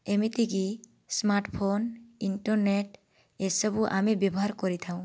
ଏମିତିକି smartphone internet ଏସବୁ ଆମେ ବ୍ୟବହାର କରିଥାଉ